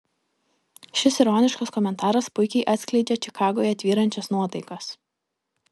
šis ironiškas komentaras puikiai atskleidžia čikagoje tvyrančias nuotaikas